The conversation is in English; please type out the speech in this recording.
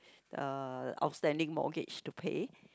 uh outstanding mortgage to pay